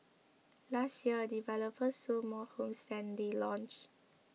last year developers sold more homes than they launched